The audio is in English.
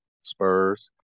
Spurs